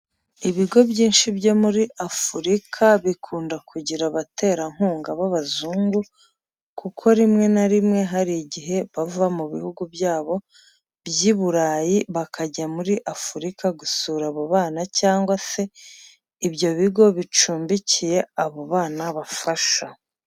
Ibigo byinshi byo muri Afurika bikunda kugira abatera nkunga b'abazungu kuko rimwe na rimwe hari igihe bava mu bihugu byabo by'iburayi bakajya muri Afurika gusura abo bana cyangwa se ibyo bigo bicumbikiye abo bana bafasha.